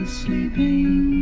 sleeping